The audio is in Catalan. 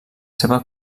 seva